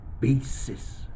basis